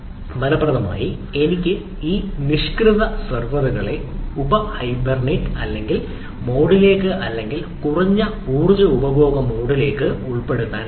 ഫലപ്രദമായി എനിക്ക് ഈ നിഷ്ക്രിയ സെർവറുകളെ ഉപ ഹൈബർനേറ്റ് അല്ലെങ്കിൽ മോഡിലേക്ക് അല്ലെങ്കിൽ കുറഞ്ഞ ഊർജ്ജ ഉപഭോഗ മോഡിലേക്ക് ഉൾപ്പെടുത്താൻ കഴിയും